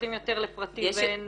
שהולכים יותר לפרטי ואין